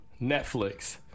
Netflix